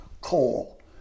coal